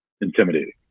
intimidating